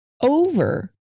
over